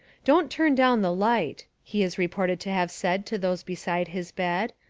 don't turn down the light, he is reported to have said to those beside his bed,